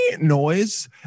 noise